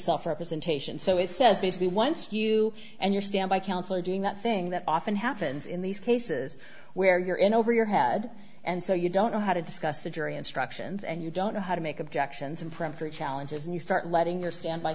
self representation so it says basically once you and your standby counsel are doing that thing that often happens in these cases where you're in over your head and so you don't know how to discuss the jury instructions and you don't know how to make objections and peremptory challenges and you start letting your standby